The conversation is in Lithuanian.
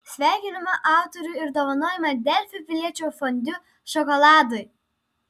sveikiname autorių ir dovanojame delfi piliečio fondiu šokoladui